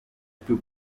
più